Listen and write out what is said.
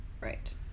Right